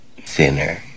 Thinner